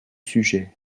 sujets